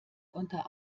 unter